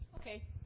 Okay